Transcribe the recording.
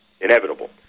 inevitable